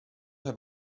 have